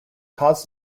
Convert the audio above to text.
caused